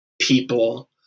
people